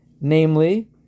Namely